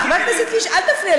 מישהו התכוון,